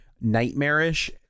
nightmarish